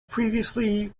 previously